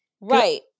Right